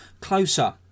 closer